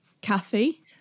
Kathy